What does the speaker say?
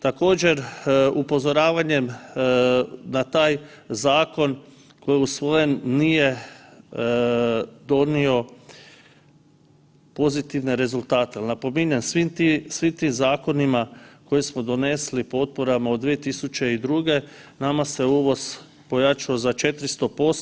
Također, upozoravanjem na taj zakon koji je usvojen, nije donio pozitivne rezultate jer, napominjem, svim tim zakonima kojim smo donesli potporama 2002. nama se uvoz pojačao za 400%